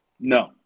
No